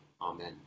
amen